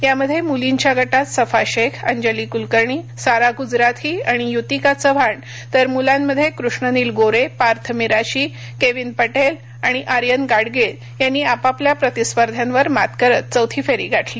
यामध्ये मुलींच्या गटात सफा शेख अंजली कुलकर्णी सारा गुजराथी आणि युतिका चव्हाण तर मुलांमध्ये कृष्णनील गोरे पार्थ मिराशी केविन पटेल आा आर्यन गाडगीळ यांनी आपापल्या प्रतिस्पर्ध्यांवर मात करत चौथी फेरी गाठली